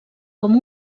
com